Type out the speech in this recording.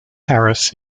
harris